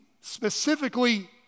specifically